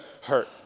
hurt